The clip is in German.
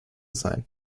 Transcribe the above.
sein